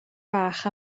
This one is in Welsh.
bach